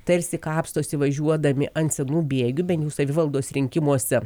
tarsi kapstosi važiuodami ant senų bėgių bent jau savivaldos rinkimuose